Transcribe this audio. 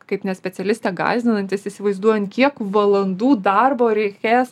kaip ne specialistę gąsdinantis įsivaizduojan kiek valandų darbo reikės